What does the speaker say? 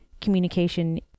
communication